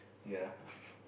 ya